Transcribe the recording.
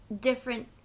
Different